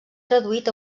traduït